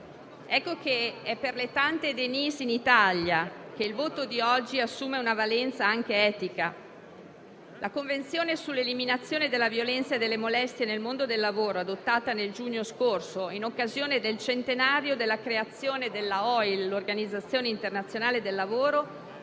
È per le tante Denise in Italia che il voto di oggi assume una valenza anche etica. La Convenzione sull'eliminazione della violenza e delle molestie nel mondo del lavoro, adottata nel giugno scorso in occasione del centenario della creazione dell'Organizzazione internazionale del lavoro